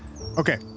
Okay